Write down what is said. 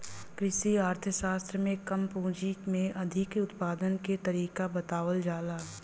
कृषि अर्थशास्त्र में कम पूंजी में अधिक उत्पादन के तरीका बतावल जाला